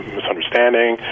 misunderstanding